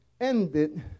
ended